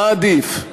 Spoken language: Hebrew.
מה עדיף,